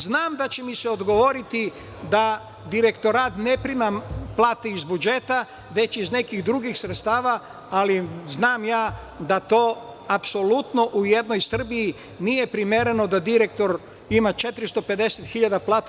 Znam da će mi se odgovoriti da Direktorat ne prima plate iz budžeta već iz nekih drugih sredstava, ali znam da apsolutno u jednoj Srbiji nije primereno da jedan direktor ima 450.000 platu.